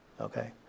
Okay